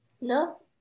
No